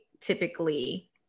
typically